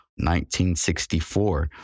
1964